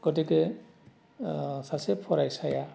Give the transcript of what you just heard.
गथिखे सासे फरायसाया